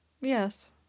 Yes